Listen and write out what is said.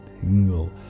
tingle